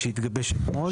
והתגבש אתמול.